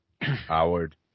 Howard